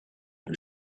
who